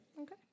Okay